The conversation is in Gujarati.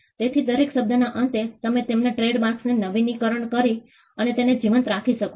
તેથી દરેક શબ્દના અંતે તમે તેમના ટ્રેડમાર્કને નવીનીકરણ કરી અને તેને જીવંત રાખી શકો છો